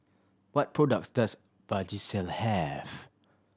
what products does Vagisil have